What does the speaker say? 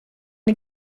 een